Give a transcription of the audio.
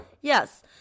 Yes